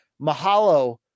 Mahalo